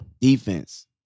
Defense